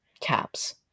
caps